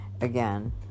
again